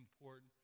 important